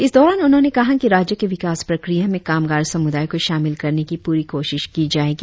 इस दौरान उन्होंने कहा कि राज्य के विकास प्रक्रिया में कामगार समुदाय को शामिल करने की पुरी कोशिश कि जाएगी